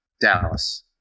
Dallas